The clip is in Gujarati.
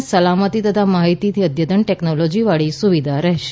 સ્ટેશને સલામતી તથા માહિતીની અદ્યતન ટેકનોલોજીવાળી સુવિધા રહેશે